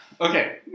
okay